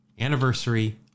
anniversary